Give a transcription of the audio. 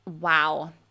Wow